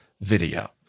video